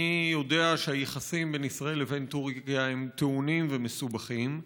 אני יודע שהיחסים בין ישראל לבין טורקיה הם טעונים ומסובכים,